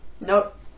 Nope